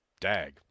Dag